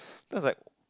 then I was like